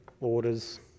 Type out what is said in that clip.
orders